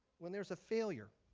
when there is a failure,